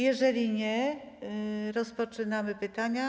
Jeżeli nie, rozpoczynamy pytania.